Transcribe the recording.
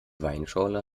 weinschorle